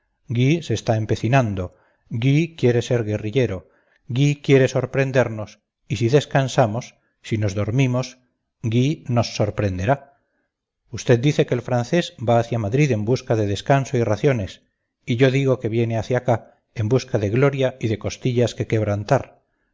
se está empecinando gui quiere ser guerrillero gui quiere sorprendernos y si descansamos si nos dormimos gui nos sorprenderá usted dice que el francés va hacia madrid en busca de descanso y raciones y yo digo que viene hacia acá en busca de gloria y de costillas que quebrantar